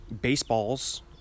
baseballs